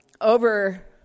over